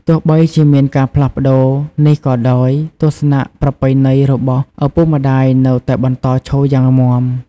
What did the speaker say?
ទោះបីជាមានការផ្លាស់ប្តូរនេះក៏ដោយ ទស្សនៈប្រពៃណីរបស់ឪពុកម្ដាយនៅតែបន្តឈរយ៉ាងមាំ។